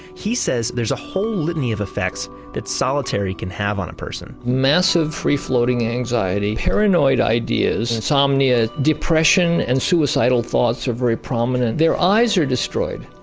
he says there's a whole litany of effects that solitary can have on a person massive free-floating anxiety, paranoid ideas, insomnia, depression, and suicidal thoughts are very prominent. their eyes are destroyed,